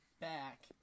back